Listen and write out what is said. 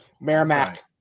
Merrimack